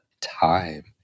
Time